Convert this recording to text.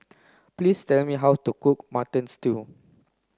please tell me how to cook mutton stew